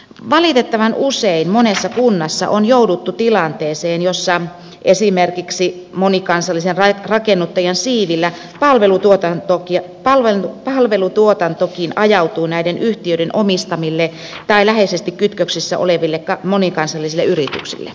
valitettavan usein monessa kunnassa on jouduttu tilanteeseen jossa esimerkiksi monikansallisen rakennuttajan siivillä palvelutuotantokin ajautuu näiden yhtiöiden omistamille tai läheisesti kytköksissä oleville monikansallisille yrityksille